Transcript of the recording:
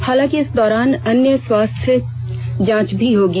हालांकि इस दौरान अन्य स्वास्थ्य जांच भी होगी